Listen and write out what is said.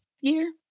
year